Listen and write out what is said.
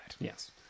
Yes